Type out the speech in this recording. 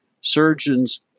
surgeons